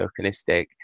tokenistic